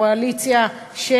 וגם לקואליציה,